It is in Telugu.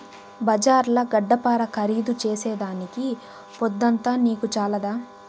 బజార్ల గడ్డపార ఖరీదు చేసేదానికి పొద్దంతా నీకు చాలదా